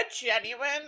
genuine